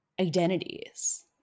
Identities